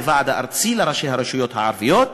הוועד הארצי לראשי הרשויות המקומיות הערביות.